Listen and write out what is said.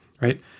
right